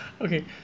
Okay